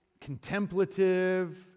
contemplative